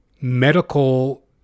medical